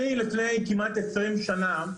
לפני כמעט עשרים שנה,